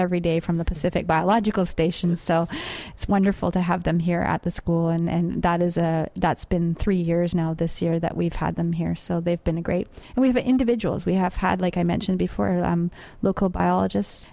every day from the pacific biological station so it's wonderful to have them here at the school and that is a that's been three years now this year that we've had them here so they've been a great and we have individuals we have had like i mentioned before i'm local biologist